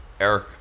Eric